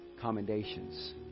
commendations